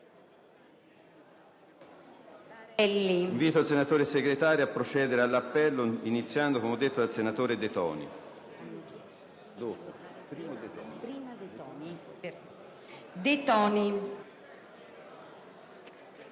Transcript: Invito il senatore Segretario a procedere all'appello, iniziando dal senatore De Toni.